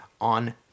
on